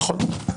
נכון.